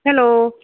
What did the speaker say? hello